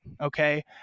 okay